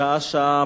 שעה-שעה,